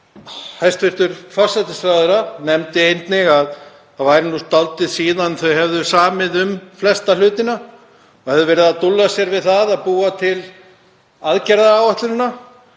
Hæstv. forsætisráðherra nefndi einnig að það væri nú dálítið síðan þau hefðu samið um flesta hluti og hefðu verið að dúlla sér við að búa til aðgerðaáætlunina.